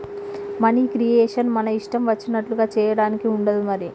money creation మన ఇష్టం వచ్చినట్లుగా చేయడానికి ఉండదు మరి